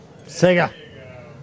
Sega